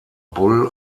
bull